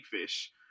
fish